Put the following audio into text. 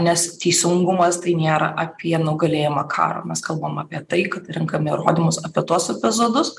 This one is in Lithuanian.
nes teisingumas tai nėra apie nugalėjimą karo mes kalbam apie tai kad renkame įrodymus apie tuos epizodus